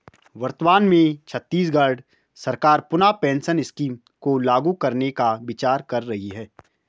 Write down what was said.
वर्तमान में छत्तीसगढ़ सरकार पुनः पेंशन स्कीम को लागू करने का विचार कर रही है